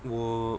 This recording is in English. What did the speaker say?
我